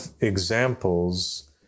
examples